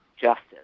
justice